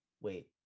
Wait